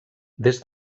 des